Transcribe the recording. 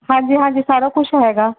ਹਾਂਜੀ ਹਾਂਜੀ ਸਾਰਾ ਕੁਛ ਹੈਗਾ